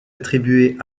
attribuée